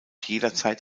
jederzeit